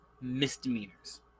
misdemeanors